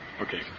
Okay